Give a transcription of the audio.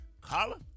Carla